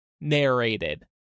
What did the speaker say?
narrated